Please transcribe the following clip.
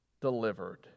delivered